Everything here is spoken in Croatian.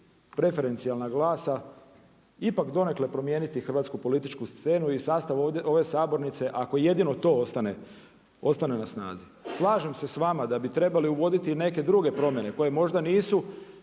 preferencijalna glasa ipak donekle promijeniti hrvatsku političku scenu i sastav ove sabornice, ako jedino to ostane na snazi. Slažem se s vama da bi trebali uvoditi neke druge promjene koje možda nisu